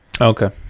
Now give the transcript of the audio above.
Okay